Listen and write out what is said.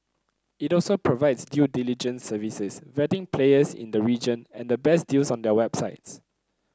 it also provides due diligence services vetting players in the region and the best deals on their websites